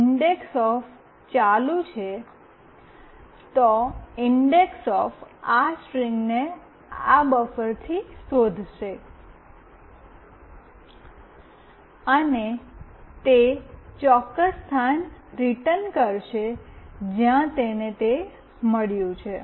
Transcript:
index of ચાલુ છે તો ઇન્ડેક્સઓફ આ સ્ટ્રીંગને આ બફરથી શોધશે અને તે ચોક્કસ સ્થાન રીટર્ન કરશે જ્યાં તેને મળ્યું છે